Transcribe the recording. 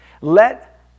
Let